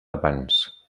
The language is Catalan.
abans